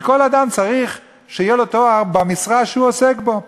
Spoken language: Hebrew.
כי כל אדם צריך שיהיה לו תואר במשרה שהוא עוסק בה.